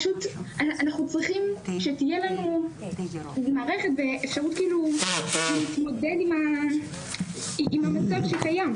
אנחנו צריכים שתהיה לנו אפשרות להתמודד עם המצב שקיים,